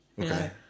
Okay